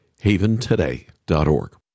haventoday.org